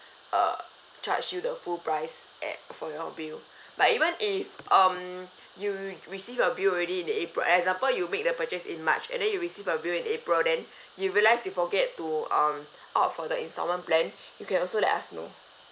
uh charge you the full price at for you bill like even if um you receive your bill already in the april example you make the purchase in march and then you receive your bill in april then you realise you forget to um opt for the instalment plan you can also let us know